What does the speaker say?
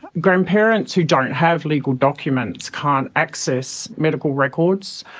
grandparents who don't have legal documents can't access medical records,